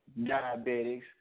diabetics